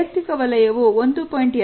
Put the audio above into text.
ವೈಯಕ್ತಿಕ ವಲಯವು 1